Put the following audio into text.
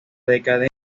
decadencia